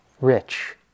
rich